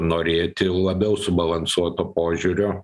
norėti labiau subalansuoto požiūrio